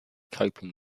coping